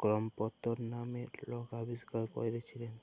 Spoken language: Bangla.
ক্রম্পটল লামের লক আবিষ্কার ক্যইরেছিলেল